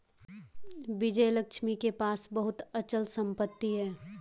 विजयलक्ष्मी के पास बहुत अचल संपत्ति है